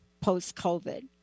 post-covid